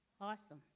Awesome